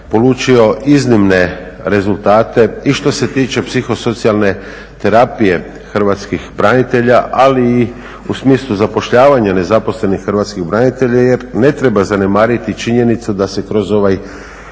polučio iznimne rezultate i što se tiče psihosocijalne terapije hrvatskih branitelja, ali i u smislu zapošljavanja nezaposlenih hrvatskih branitelja jer ne treba zanemariti činjenicu da se kroz ovaj